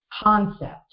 concept